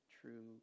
true